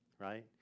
right